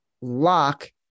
lock